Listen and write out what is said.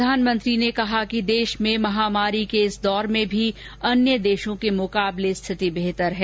प्रधानमंत्री ने कहा कि देश में महामारी के इस दौर में भी अन्य देशों के मुकाबले स्थिति बेहर है